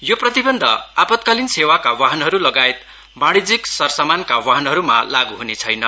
यो प्रतिबन्ध आपतकालिन सेवाका वाहनहरू लगायत वाणिज्यिक सरसमानका वाहनहरूमा लागू हुने छैन